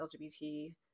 LGBT